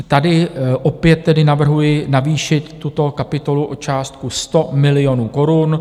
Tady opět tedy navrhuji navýšit tuto kapitolu o částku 100 milionů korun.